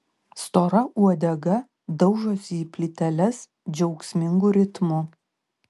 stora uodega daužosi į plyteles džiaugsmingu ritmu